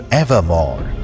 evermore